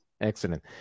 Excellent